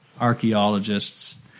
archaeologists